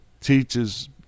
teaches